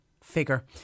figure